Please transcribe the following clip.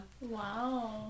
Wow